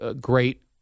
great